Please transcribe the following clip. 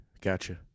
Gotcha